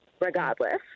regardless